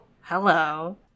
Hello